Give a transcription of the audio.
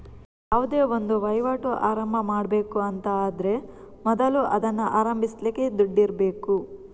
ಯಾವುದೇ ಒಂದು ವೈವಾಟು ಆರಂಭ ಮಾಡ್ಬೇಕು ಅಂತ ಆದ್ರೆ ಮೊದಲು ಅದನ್ನ ಆರಂಭಿಸ್ಲಿಕ್ಕೆ ದುಡ್ಡಿರ್ಬೇಕು